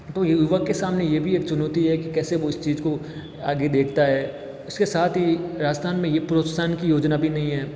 तो युवक के सामने ये भी एक चुनौती है कि कैसे वो उस चीज़ को आगे देखता है उसके साथ ही राजस्थान में ये प्रोत्साहन की योजना भी नहीं है